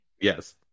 Yes